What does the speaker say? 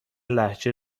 لهجه